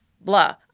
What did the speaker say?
blah